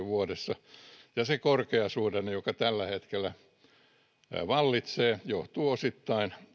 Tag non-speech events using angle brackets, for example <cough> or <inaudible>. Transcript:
<unintelligible> vuodessa se korkeasuhdanne joka tällä hetkellä vallitsee johtuu osittain